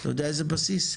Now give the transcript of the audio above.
אתה יודע איזה בסיס?